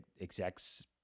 execs